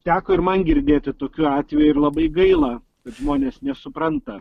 teko ir man girdėti tokių atvejų ir labai gaila kad žmonės nesupranta